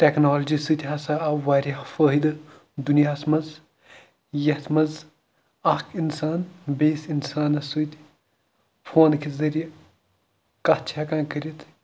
technology سۭتۍ ہَسا آو واریاہ فٲیدٕ دُنیاہَس منٛز یَتھ منٛز اَکھ اِنسان بیٚیِس اِنسانَس سۭتۍ فونہٕ کہِ ذٔریعہِ کَتھ چھِ ہٮ۪کان کٔرِتھ